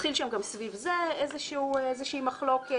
התחילה שם גם סביב זה איזושהי מחלוקת.